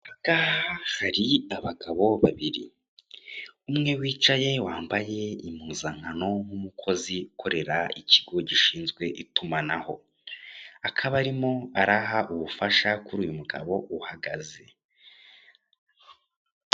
Aha ngaha hari abagabo babiri, umwe wicaye wambaye impuzankano nk'umukozi ukorera ikigo gishinzwe itumanaho, akaba arimo araha ubufasha kuri uyu mugabo uhagaze.